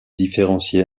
différencier